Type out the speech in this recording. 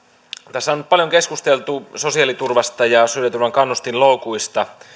tässä on nyt paljon keskusteltu sosiaaliturvasta ja sosiaaliturvan kannustinloukuista